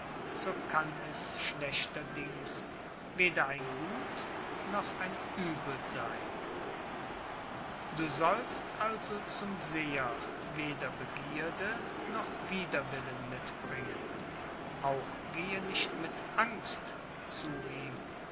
so kann es schlechterdings weder ein gut noch ein uebel sein du sollst also zum seher weder begierde noch widerwillen mitbringen auch gehe nicht mit angst zu ihm